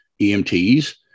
EMTs